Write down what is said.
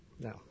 No